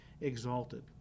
exalted